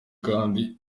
kandi